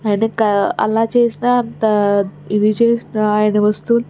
ఆయనింకా అలా చూసినా అంతా ఇది చూసినా ఆయన వస్తువులు